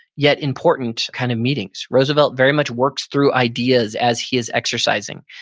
yet important kind of meetings. roosevelt very much works through ideas as he is exercising.